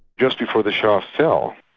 just before the shah fell,